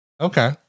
Okay